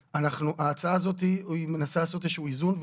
ההצעה הזאת מנסה לעשות איזשהו איזון,